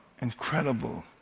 incredible